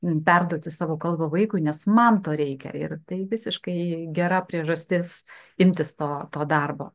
perduoti savo kalbą vaikui nes man to reikia ir tai visiškai gera priežastis imtis to to darbo